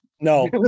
No